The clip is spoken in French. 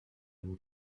vous